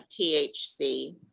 THC